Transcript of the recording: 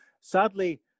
Sadly